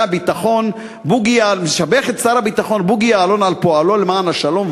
הביטחון בוגי יעלון על פועלו למען השלום,